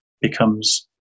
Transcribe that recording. becomes